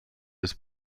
des